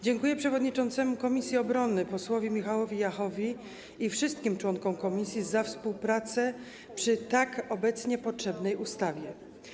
Dziękuję przewodniczącemu komisji obrony posłowi Michałowi Jachowi i wszystkim członkom komisji za współpracę przy tak obecnie potrzebnej ustawie.